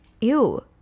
ew